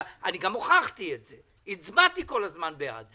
אני גם הוכחתי את זה, הצבעתי כל הזמן בעד,